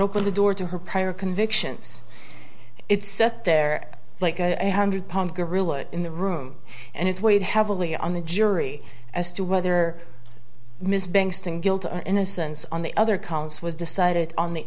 opened the door to her prior convictions it sat there like i hundred pound gorilla in the room and it weighed heavily on the jury as to whether ms banks thing guilt or innocence on the other counts was decided on the